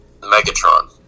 Megatron